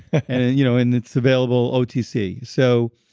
and and you know and it's available otc so,